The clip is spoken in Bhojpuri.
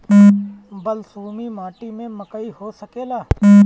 बलसूमी माटी में मकई हो सकेला?